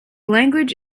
language